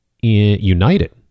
united